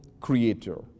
creator